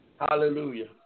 Hallelujah